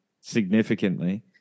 significantly